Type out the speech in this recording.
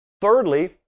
Thirdly